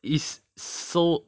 is so